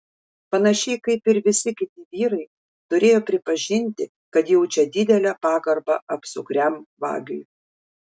panašiai kaip ir visi kiti vyrai turėjo pripažinti kad jaučia didelę pagarbą apsukriam vagiui